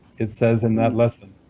it says in that lesson.